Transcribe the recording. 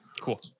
Cool